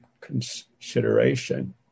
consideration